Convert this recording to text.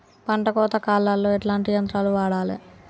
పంట కోత కాలాల్లో ఎట్లాంటి యంత్రాలు వాడాలే?